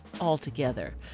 altogether